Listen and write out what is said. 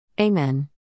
Amen